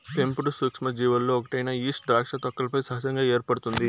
పెంపుడు సూక్ష్మజీవులలో ఒకటైన ఈస్ట్ ద్రాక్ష తొక్కలపై సహజంగా ఏర్పడుతుంది